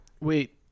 Wait